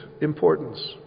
importance